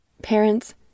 Parents